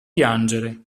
piangere